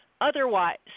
Otherwise